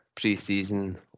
pre-season